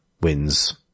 wins